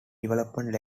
development